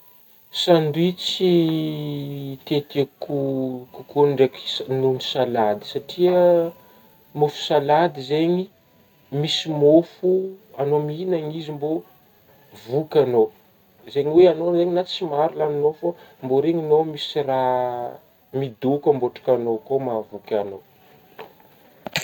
Sandwich tietieko kokoa ndraiky noho salady satria mofo salady zegny misy môfo, agnao mihinagn'izy mbô voky agnao zegny hoe agnao zegny na tsy maro lanignao fô mbô regninao misy raha midoko am-bôtrokagnao kô mahavoky agnao.